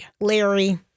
Larry